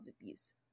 abuse